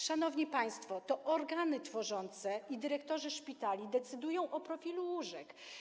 Szanowni państwo, to organy tworzące i dyrektorzy szpitali decydują o profilu łóżek.